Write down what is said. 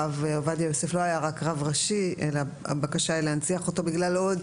הרב עובדיה יוסף לא היה רק רב ראשי אלא הבקשה היא להנציח אותו בגלל עוד